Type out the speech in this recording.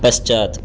पश्चात्